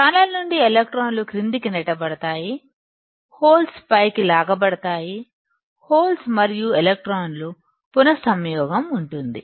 channel నుండి ఎలక్ట్రాన్లు క్రిందికి నెట్టబడతాయి హోల్స్ పైకి లాగబడతాయి హోల్స్ మరియు ఎలక్ట్రాన్ల పునః సంయోగం ఉంటుంది